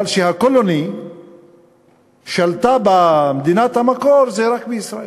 אבל שהקולוני שולטת במדינת המקור, זה רק בישראל.